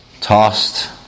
tossed